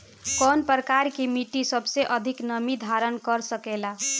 कौन प्रकार की मिट्टी सबसे अधिक नमी धारण कर सकेला?